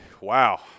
Wow